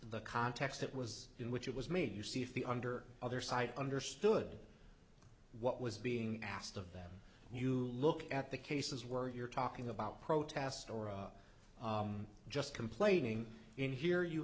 the context it was in which it was made you see if the under other side understood what was being asked of them you look at the cases where you're talking about protests or just complaining in here you